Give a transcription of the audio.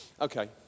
Okay